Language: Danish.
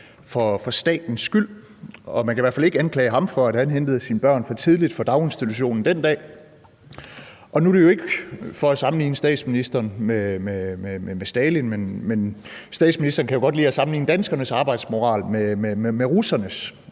for statens skyld! Man kan i hvert fald ikke anklage ham for, at han hentede sine børn for tidligt fra daginstitution den dag. Nu er det jo ikke for at sammenligne statsministeren med Stalin, men statsministeren kan jo godt lide at sammenligne danskernes arbejdsmoral med russernes.